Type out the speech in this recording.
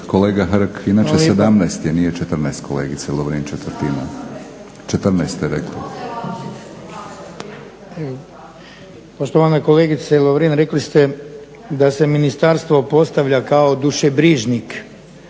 kolega Hrg. Inače 17 je, nije 14 kolegice Lovrin četvrtina. 14 ste rekli. **Hrg, Branko (HSS)** Poštovane kolegice Lovrin, rekli ste da se ministarstvo postavlja kao dušebrižnik.